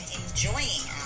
enjoying